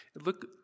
Look